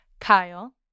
Kyle